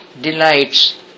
delights